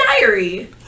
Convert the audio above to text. diary